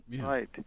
Right